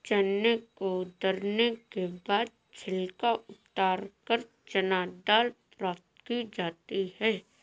चने को दरने के बाद छिलका उतारकर चना दाल प्राप्त की जाती है